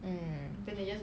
mm